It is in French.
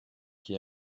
qui